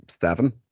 seven